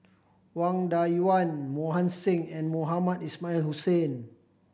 Wang Dayuan Mohan Singh and Mohamed Ismail Hussain